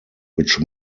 which